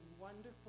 wonderful